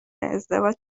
ازدواج